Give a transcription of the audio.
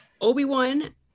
Obi-Wan